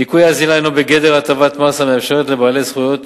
ניכוי אזילה הינו בגדר הטבת מס המאפשרת לבעלי זכויות